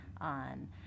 on